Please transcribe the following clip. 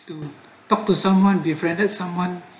to talk to someone befaked someone